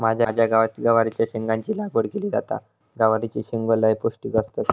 माझ्या गावात गवारीच्या शेंगाची लागवड केली जाता, गवारीचे शेंगो लय पौष्टिक असतत